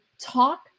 talk